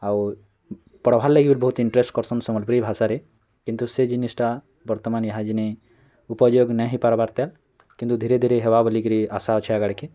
ଆଉ ପଢ଼୍ବାର୍ ଲାଗି ବହୁତ୍ ଇଂଟରେଷ୍ଟ କର୍ସନ୍ ସମ୍ବଲପୁରୀ ଭାଷାରେ କିନ୍ତୁ ସେ ଜିନିଷ୍ଟା ବର୍ତ୍ତମାନ ଈହା ଜିନି ଉପଯୋଗ ନାଇଁ ହେଇ ପାରବାର୍ତେ କିନ୍ତୁ ଧୀରେ ଧୀରେ ହେବା ବୋଲିକିରି ଆଶା ଅଛି ଆଗାଆଡ଼୍କେ